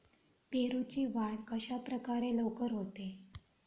पेरूची वाढ कशाप्रकारे लवकर होते?